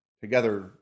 together